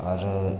और